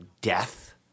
death